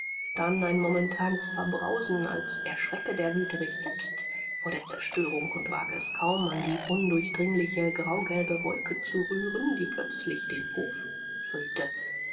dann ein momentanes verbrausen als erschrecke der wüterich selbst vor der zerstörung und wage es kaum an die undurchdringliche graugelbe wolke zu rühren die plötzlich den hof füllte